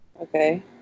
Okay